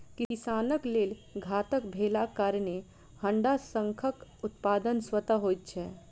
किसानक लेल घातक भेलाक कारणेँ हड़ाशंखक उत्पादन स्वतः होइत छै